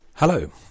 Hello